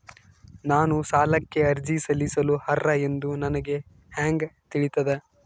ನಾನು ಸಾಲಕ್ಕೆ ಅರ್ಜಿ ಸಲ್ಲಿಸಲು ಅರ್ಹ ಎಂದು ನನಗೆ ಹೆಂಗ್ ತಿಳಿತದ?